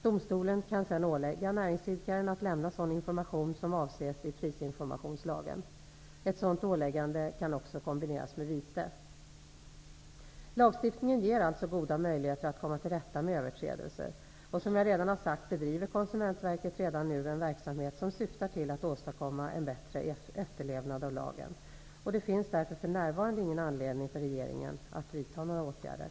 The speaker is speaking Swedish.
Domstolen kan sedan ålägga näringsidkaren att lämna sådan information som avses i prisinformationslagen. Ett sådant åläggande kan också kombineras med vite. Lagstiftningen ger alltså goda möjligheter att komma till rätta med överträdelser. Som jag redan har sagt bedriver Konsumentverket redan nu en verksamhet som syftar till att åstadkomma en bättre efterlevnad av lagen. Det finns därför för närvarande ingen anledning för regeringen att vidta några åtgärder.